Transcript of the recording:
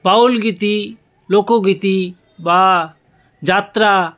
বাউলগীতি লোকগীতি বা যাত্রা